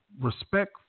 respect